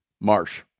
marsh